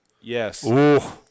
Yes